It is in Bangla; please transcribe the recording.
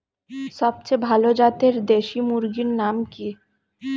সবচেয়ে ভালো জাতের দেশি মুরগির নাম কি?